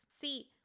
See